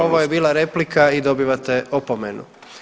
Ovo je bila replika i dobivate opomenu.